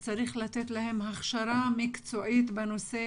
צריך לתת להם הכשרה מקצועית בנושא